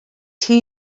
two